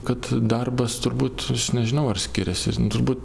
kad darbas turbūt aš nežinau ar skiriasi turbūt